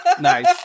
Nice